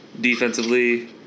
defensively